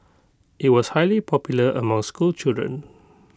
IT was highly popular among schoolchildren